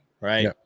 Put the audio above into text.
right